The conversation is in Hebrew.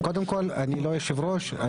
קודם כל אני לא יושב ראש,